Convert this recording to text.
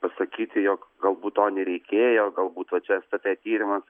pasakyti jog galbūt to nereikėjo galbūt vat čia es t t tyrimas